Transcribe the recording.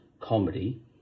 comedy